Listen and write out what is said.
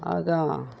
आगाँ